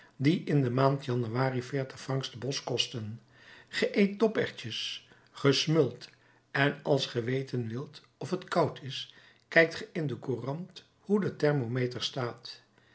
die in de maand januari veertig francs de bos kosten ge eet doperwtjes ge smult en als ge weten wilt of t koud is kijkt ge in de courant hoe de thermometer staat